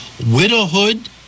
Widowhood